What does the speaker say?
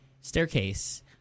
Staircase